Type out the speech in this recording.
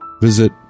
visit